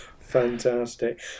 Fantastic